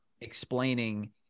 explaining